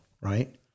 right